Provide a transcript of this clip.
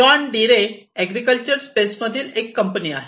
John Deere agriculture space मधील एक company आहे